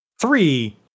Three